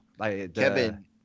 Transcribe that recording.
Kevin